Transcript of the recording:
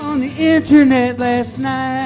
on the internet last night